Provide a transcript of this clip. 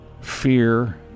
fear